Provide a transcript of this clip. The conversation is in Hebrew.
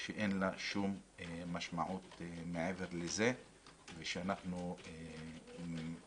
שאין לה שום משמעות מעבר לזה ושאנחנו פועלים